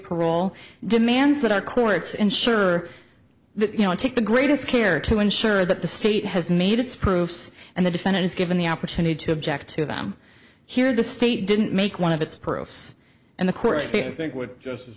parole demands that our courts ensure that you know take the greatest care to ensure that the state has made its proofs and the defendant is given the opportunity to object to them here the state didn't make one of its profiles and the criteria i think would justice